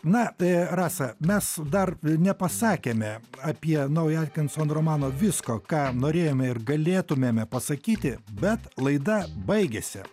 na tai rasa mes dar nepasakėme apie naują atkinson romano visko ką norėjome ir galėtumėme pasakyti bet laida baigėsi